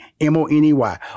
m-o-n-e-y